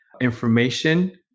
information